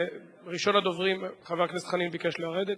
ראשון הדוברים, חבר הכנסת חנין ביקש לרדת.